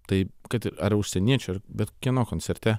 taip kad ar užsieniečio ar bet kieno koncerte